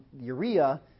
urea